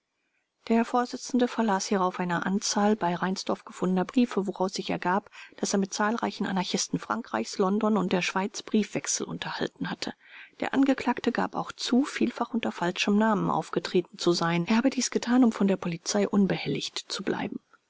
der vorsitzende verlas hierauf eine anzahl bei reinsdorf gefundener briefe woraus sich ergab daß er mit zahlreichen anarchisten frankreichs londons und der schweiz briefwechsel unterhalten hatte der angeklagte gab auch zu vielfach unter falschem namen aufgetreten zu sein er habe dies getan um von der polizei unbehelligt zu bleiben